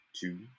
two